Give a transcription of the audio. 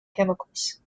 chemicals